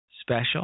Special